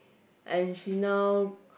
and she now